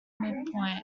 midpoint